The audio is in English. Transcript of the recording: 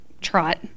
trot